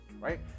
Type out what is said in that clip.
right